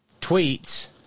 tweets